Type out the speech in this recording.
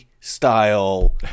style